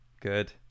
Good